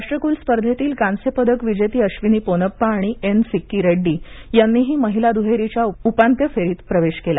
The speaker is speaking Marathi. राष्ट्रकुल स्पर्धेतील कांस्यपदक विजेती अश्विनी पोनप्पा आणि एन सिक्की रेड्डी यांनीही महिला दुहेरीच्या उपांत्य फेरीत प्रवेश केला